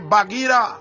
Bagira